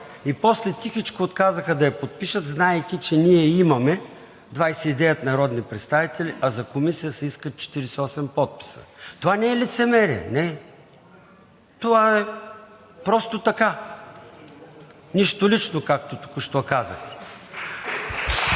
и после тихичко отказаха да я подпишат, знаейки, че ние имаме 29 народни представители, а за комисия се искат 48 подписа. Това не е лицемерие, не – това е просто така! Нищо лично, както току-що казахте.